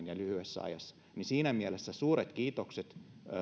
ja lyhyessä ajassa viemään eteenpäin siinä mielessä suuret kiitokset